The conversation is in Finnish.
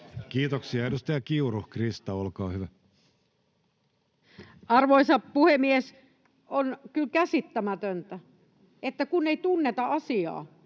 Kiitoksia. — Edustaja Kiuru, Krista, olkaa hyvä. Arvoisa puhemies! On kyllä käsittämätöntä, että kun ei tunneta asiaa,